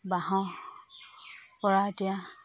বাঁহৰ পৰা এতিয়া